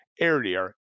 earlier